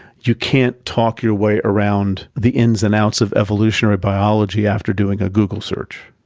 you can't talk your way around the ins and outs of evolutionary biology after doing a google search.